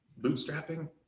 Bootstrapping